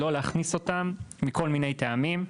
לא להכניס ואתם מכל מיני טעמים.